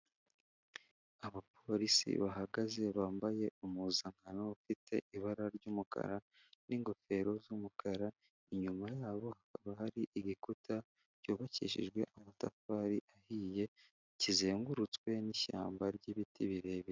Abapolisi bahagaze bambaye impuzankano ifite ibara ry'umukara n'ingofero z'umukara inyuma yabo ha kaba hari igikuta cy'ubakishijwe amatafari ahiye, kizengurutswe n'ishyamba ry'biti birebire.